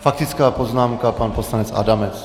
Faktická poznámka pan poslanec Adamec.